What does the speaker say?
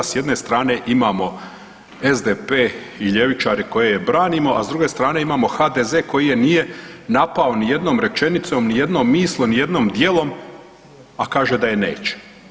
S jedne strane imamo SDP i ljevičare koje branimo, a s druge strane imamo HDZ koji je nije napao nijednom rečenicom, nijednom misli, nijednim dijelom, a kaže da je neće.